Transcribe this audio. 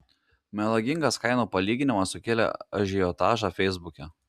melagingas kainų palyginimas sukėlė ažiotažą feisbuke